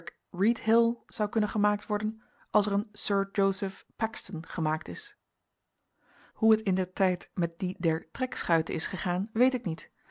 reedhill zou kunnen gemaakt worden als er een sir joseph paxton gemaakt is hoe het indertijd met die der trekschuiten is gegaan weet ik niet